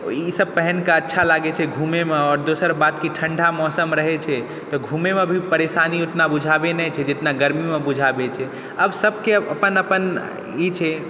ई सब पहिन कऽ अच्छा लागै छै घुमैमे आओर दोसर बात की ठण्डा मौसम रहै छै तऽ घुमैमे भी परेशानी ओतना बुझाबै नहि छै जेतना गरमीमे बुझाबै छै आब सबके अपन अपन ई छै